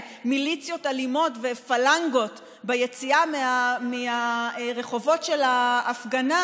מיליציות אלימות ופלנגות ביציאה מהרחובות של ההפגנה,